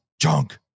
junk